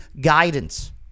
guidance